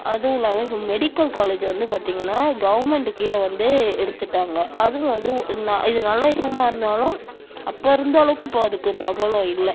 அதுவும் இல்லாமல் medical college வந்து பார்த்திங்கன்னா கவர்ன்மெண்ட் கீழே வந்து எடுத்துட்டாங்க அதுவும் வந்து இது நல்ல விஷயமாக இருந்தாலும் அப்போ இருந்த அளவுக்கு இப்போ அதுக்கு பிரபலம் இல்லை